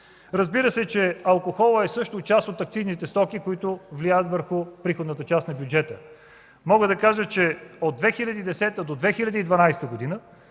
Разбира се, че алкохолът е също част от акцизните стоки, които влияят върху приходната част на бюджета. Мога да кажа, че от 2010-а до 2012 г.